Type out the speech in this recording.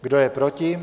Kdo je proti?